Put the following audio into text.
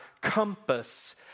compass